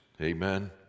Amen